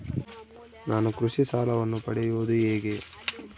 ನಾನು ಕೃಷಿ ಸಾಲವನ್ನು ಪಡೆಯೋದು ಹೇಗೆ?